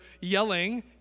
yelling